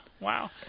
Wow